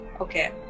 Okay